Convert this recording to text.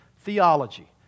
theology